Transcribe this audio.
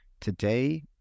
Today